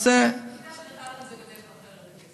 אתה יודע שנתנו את זה בדרך אחרת, אתה יודע את זה.